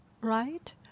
right